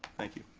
thank you.